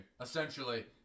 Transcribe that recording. essentially